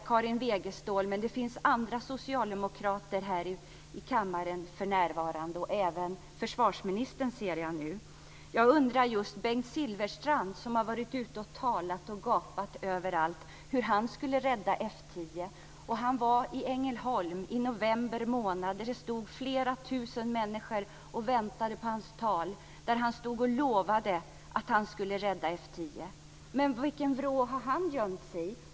Det finns andra socialdemokrater här i kammaren för närvarande, även försvarsministern, som kan svara på frågor. Bengt Silfverstrand var ute och talade och gapade överallt om hur han skulle rädda F 10. Han var i Ängelholm i november månad, där flera tusen människor väntade på hans tal, och han lovade att han skulle rädda F 10. Vilken vrå har han gömt sig i?